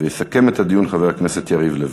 ויסכם את הדיון, חבר הכנסת יריב לוין.